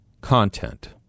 content